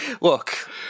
Look